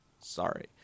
Sorry